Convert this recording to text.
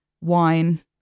wine